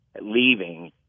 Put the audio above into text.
leaving